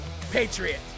patriot